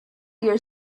your